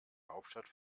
hauptstadt